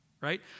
Right